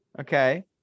Okay